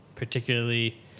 particularly